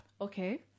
Okay